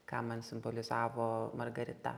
ką man simbolizavo margarita